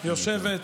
יושבת?